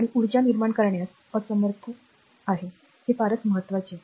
आणि ऊर्जा निर्माण करण्यास असमर्थ आहे हे फारच मोहक आहे